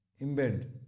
embed